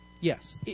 Yes